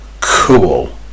cool